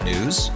News